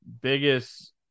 biggest